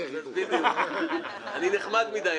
תראה איך --- אני נחמד מדי.